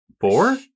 four